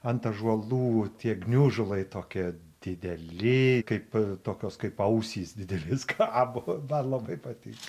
ant ąžuolų tie gniužulai tokie dideli kaip tokios kaip ausys didelės kabo man labai patinka